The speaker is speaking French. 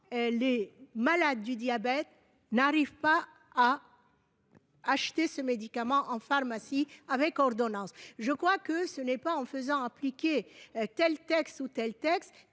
les malades du diabète n'arrive pas à. Acheter ce médicament en pharmacie avec ordonnance, je crois que ce n'est pas en faisant appliquer tel texte ou tel texte